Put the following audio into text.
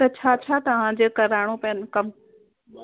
त छा छा तव्हांजे कराइणो पवंदो कमु